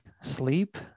sleep